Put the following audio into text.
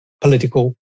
political